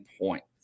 points